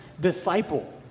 disciple